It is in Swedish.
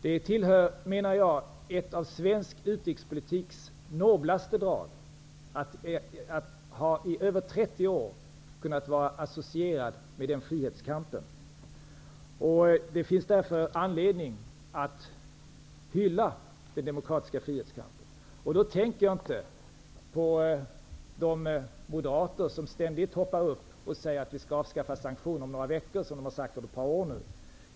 Det tillhör ett av svensk utrikespolitiks noblaste drag att i över 30 år ha kunnat vara associerad med denna frihetskamp. Det finns därför anledning att hylla den demokratiska frihetskampen -- jag tänker då inte på de moderater som ständigt poppar upp och säger att sanktionerna skall avskaffas inom några veckor, något som de nu har sagt i ett par år.